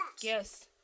Yes